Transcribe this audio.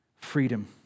freedom